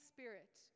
Spirit